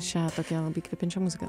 šią tokią labai įkvepiančią muziką